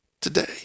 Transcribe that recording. today